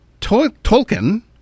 Tolkien